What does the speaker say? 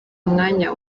mwanya